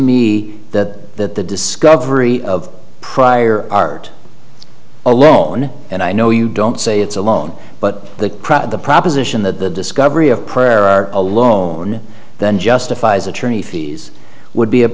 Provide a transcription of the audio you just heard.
me that the discovery of prior art alone and i know you don't say it's alone but the crowd the proposition that the discovery of prayer are alone then justifies attorney fees would be a